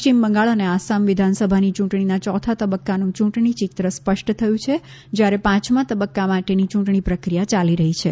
પશ્ચિમ બંગાળ અને આસામ વિધાનસભાની યૂંટણીના ચોથા તબક્કાનું ચુંટણી ચિત્ર સ્પષ્ટ થયું છે જયારે પાંચમા તબક્કા માટેની ચુંટણી પ્રક્રિયા યાલી રહી છે